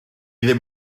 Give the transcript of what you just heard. ddim